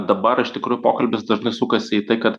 dabar iš tikrų pokalbis dažnai sukasi į tai kad